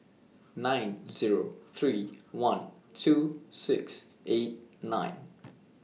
nine Zero three one two six eight nine